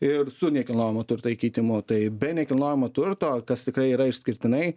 ir su nekilnojamo turto įkeitimu tai be nekilnojamo turto kas tikrai yra išskirtinai